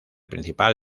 principal